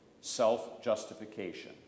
self-justification